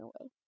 away